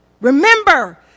Remember